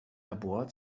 labor